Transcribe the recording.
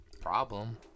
Problem